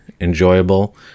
enjoyable